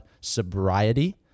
sobriety